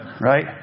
Right